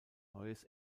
neues